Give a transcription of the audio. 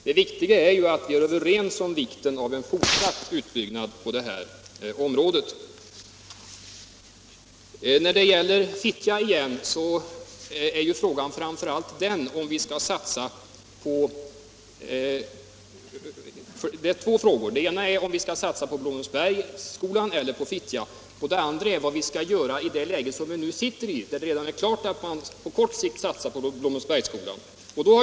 Det viktiga är att vi är överens om betydelsen av en fortsatt utbyggnad på detta område. När det gäller Fittja finns det två frågor. Skall vi satsa på Blommensbergsskolan eller på Fittja? Och vad skall vi göra i det läge som vi nu befinner oss i, där det är klart att man på kort sikt satsar på Blommensbergsskolan?